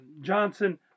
Johnson